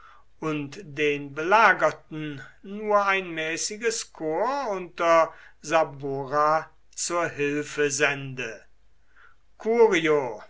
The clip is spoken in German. und den belagerten nur ein mäßiges korps unter saburra zur hilfe sende curio